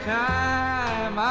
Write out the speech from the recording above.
time